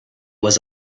was